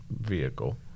vehicle